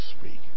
speak